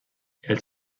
els